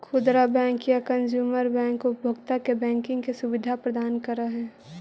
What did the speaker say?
खुदरा बैंक या consumer bank उपभोक्ता के बैंकिंग के सुविधा प्रदान करऽ हइ